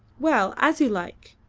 well, as you like.